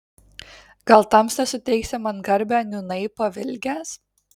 gal tamsta suteiksi man garbę nūnai pavilgęs